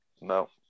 No